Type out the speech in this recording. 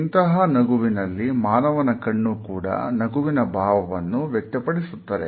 ಇಂತಹ ನಗುವಿನಲ್ಲಿ ಮಾನವನ ಕಣ್ಣು ಕೂಡ ನಗುವಿನ ಭಾವವನ್ನು ವ್ಯಕ್ತಪಡಿಸುತ್ತದೆ